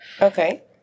Okay